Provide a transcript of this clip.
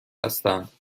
هستند